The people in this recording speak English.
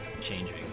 changing